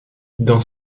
dans